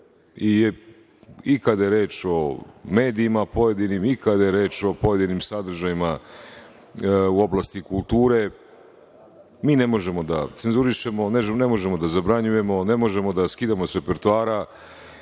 i kada je reč o pojedinim medijima, i kada je reč o pojedinim sadržajima u oblasti kulture. Mi ne možemo da cenzurišemo, ne možemo da zabranjujemo, ne možemo da skidamo sa repertoara